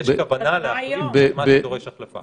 יש כוונה להחליף את מה שדורש החלפה.